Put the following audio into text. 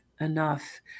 enough